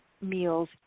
meals